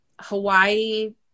Hawaii